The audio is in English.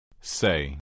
Say